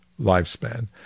lifespan